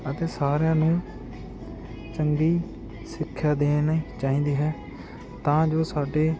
ਅਤੇ ਸਾਰਿਆਂ ਨੂੰ ਚੰਗੀ ਸਿੱਖਿਆ ਦੇਣੀ ਚਾਹੀਦੀ ਹੈ ਤਾਂ ਜੋ ਸਾਡੇ